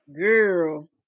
girl